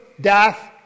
death